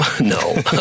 no